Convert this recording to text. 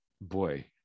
boy